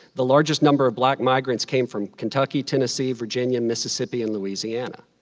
the largest number of black migrants came from kentucky, tennessee, virginia, mississippi, and louisiana.